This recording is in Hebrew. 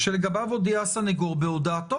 החשיבות שלפחות השופט פעם אחת יתרשם מהעצור.